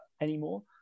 anymore